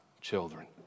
children